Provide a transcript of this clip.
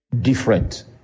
different